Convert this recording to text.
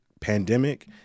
pandemic